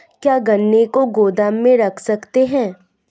क्या गन्ने को गोदाम में रख सकते हैं?